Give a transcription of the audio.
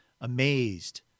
amazed